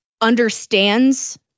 Understands